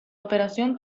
operación